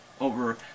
over